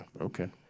Okay